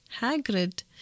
Hagrid